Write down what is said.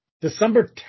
December